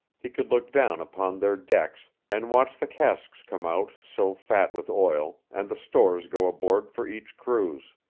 he could look down upon their decks, and watch the casks come out, so fat with oil, and the stores go aboard for each cruise.